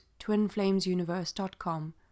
TwinFlamesUniverse.com